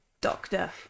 doctor